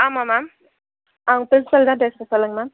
ஆமாம் மேம் அவங்க பிரின்ஸ்பல் தான் பேசகிறேன் சொல்லுங்கள் மேம்